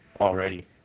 already